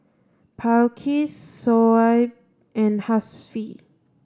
Balqis Shoaib and Hasif